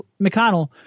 McConnell